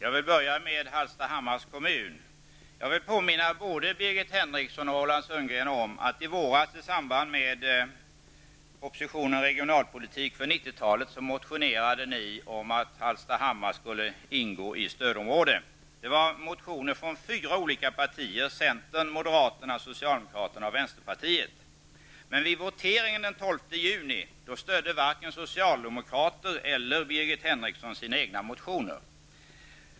Herr talman! Jag vill börja med att ta upp Hallstahammars kommun. Jag vill påminna både Hallstahammar skall ingå i stödområde. Det väcktes motioner från fyra olika partier om detta, centern, moderaterna, socialdemokraterna och vänsterpartiet. Men vid voteringen den 12 juni stödde varken socialdemokraterna eller Birgit Henriksson sina egna motioner.